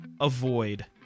avoid